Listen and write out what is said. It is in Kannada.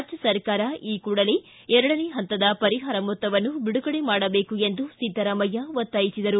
ರಾಜ್ಯ ಸರ್ಕಾರ ಈ ಕೂಡಲೇ ಎರಡನೇ ಪಂತದ ಪರಿಹಾರ ಮೊತ್ತವನ್ನು ಬಿಡುಗಡೆ ಮಾಡಬೇಕು ಎಂದು ಸಿದ್ದರಾಮಯ್ಯ ಒತ್ತಾಯಿಸಿದರು